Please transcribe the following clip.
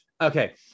okay